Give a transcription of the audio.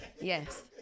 Yes